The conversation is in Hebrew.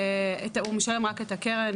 הוא משלם רק את הקרן,